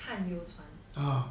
探油船